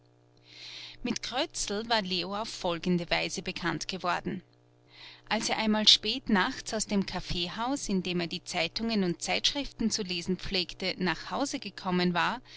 mit krötzl war leo auf folgende weise bekannt geworden als er einmal spät nachts aus dem kaffeehaus in dem er die zeitungen und zeitschriften zu lesen pflegte nach hause gekommen war